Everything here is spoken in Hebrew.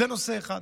זה נושא אחד.